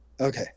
okay